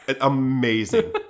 amazing